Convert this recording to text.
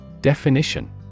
Definition